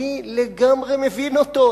אני לגמרי מבין אותו,